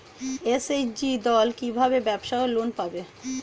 SHG দল কী ভাবে ব্যাবসা লোন পাবে?